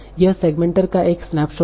यह सेगमेंटर का एक स्नैपशॉट है